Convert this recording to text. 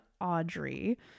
Audrey